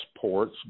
ports